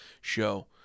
show